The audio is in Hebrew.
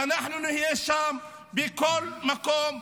ואנחנו נהיה שם בכל מקום.